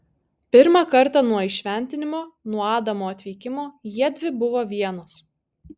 pirmą kartą nuo įšventinimo nuo adamo atvykimo jiedvi buvo vienos